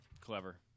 clever